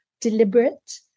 deliberate